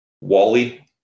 Wally